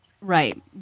Right